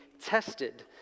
tested